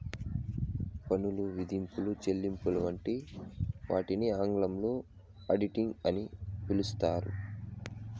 పన్ను విధింపులు, చెల్లింపులు వంటి వాటిని ఆంగ్లంలో ఆడిటింగ్ అని పిలుత్తారు